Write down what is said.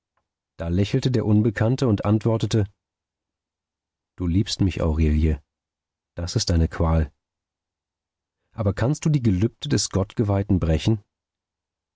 da lächelte der unbekannte und antwortete du liebst mich aurelie das ist deine qual aber kannst du die gelübde des gottgeweihten brechen